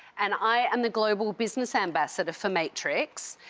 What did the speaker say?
and i am the global business ambassador for matrix,